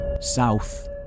south